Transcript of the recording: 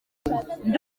ndi